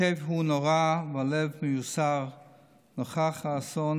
הכאב הוא נורא והלב מיוסר נוכח האסון